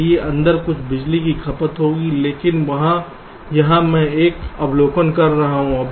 इसलिए अंदर कुछ बिजली की खपत होगी लेकिन यहां मैं एक अवलोकन कर रहा हूं